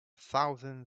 thousand